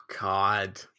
god